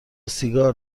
سیگار